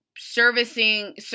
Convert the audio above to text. servicing